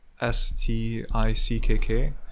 S-T-I-C-K-K